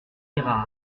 guérard